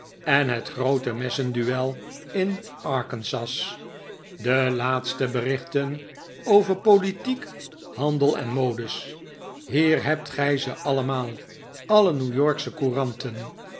en het groote messenduel in arkansas de laatste berichten over politiek handel en modes hier hebt gij ze allemaal alle new yorksche courantenl